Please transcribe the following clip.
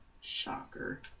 Shocker